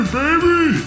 baby